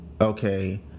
okay